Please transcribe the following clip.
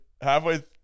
halfway